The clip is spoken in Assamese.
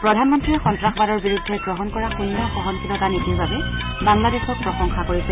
প্ৰধানমন্ত্ৰীয়ে সন্তাসবাদৰ বিৰুদ্ধে গ্ৰহণ কৰা শূন্য সহনশীলতা নীতিৰ বাবে বাংলাদেশক প্ৰশংসা কৰিছে